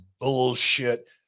bullshit